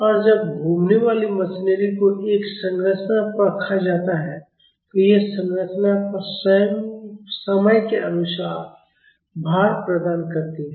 और जब घूमने वाली मशीनरी को एक संरचना पर रखा जाता है तो यह संरचना पर समय के अनुसार भार प्रदान करती है